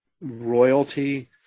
royalty